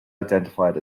identified